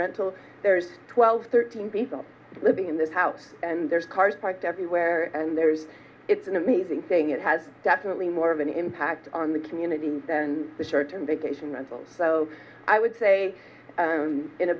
rental there's twelve thirteen people living in this house and there's cars parked everywhere and there's it's an amazing thing it has definitely more of an impact on the community than the short term vacation rentals so i would say